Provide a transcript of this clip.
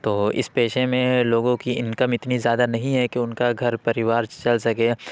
تو اس پیشے میں لوگوں کی انکم اتنی زیادہ نہیں ہے کہ ان کا گھر پریوار چل سکے